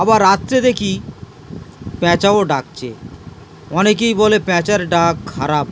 আবার রাত্রে দেখি প্যাঁচাও ডাকছে অনেকেই বলে প্যাঁচার ডাক খারাপ